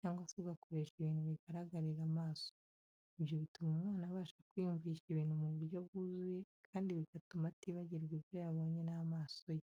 cyangwa se ugakoresha ibintu bigaragarira amaso. Ibyo bituma umwana abasha kwiyumvisha ibintu mu buryo bwuzuye, kandi bigatuma atibagirwa ibyo yabonye n'amaso ye.